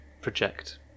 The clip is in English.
project